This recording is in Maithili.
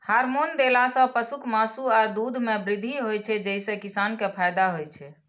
हार्मोन देला सं पशुक मासु आ दूध मे वृद्धि होइ छै, जइसे किसान कें फायदा होइ छै